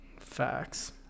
Facts